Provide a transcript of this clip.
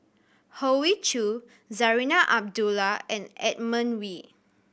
Hoey Choo Zarinah Abdullah and Edmund Wee